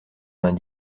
vingt